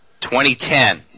2010